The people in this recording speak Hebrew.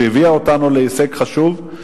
הביאה אותנו להישג חשוב,